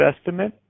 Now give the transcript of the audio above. estimate